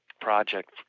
project